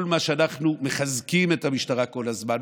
כל מה שאנחנו מחזקים את המשטרה כל הזמן,